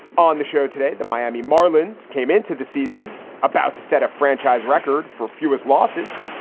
on the show today? the miami marlins came into the season about to set a franchise record for fewest losses.